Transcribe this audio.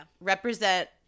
represent